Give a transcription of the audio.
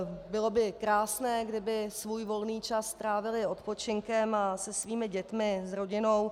Bylo by krásné, kdyby svůj volný čas trávili odpočinkem, se svými dětmi, rodinou.